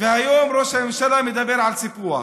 והיום ראש הממשלה מדבר על סיפוח.